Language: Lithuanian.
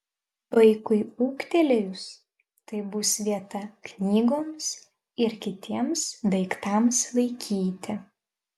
vaikui ūgtelėjus tai bus vieta knygoms ir kitiems daiktams laikyti